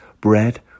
bread